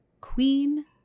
Queen